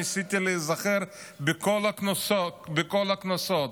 ניסיתי להיזכר בכל הכנסות.